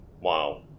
Wow